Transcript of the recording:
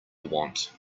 want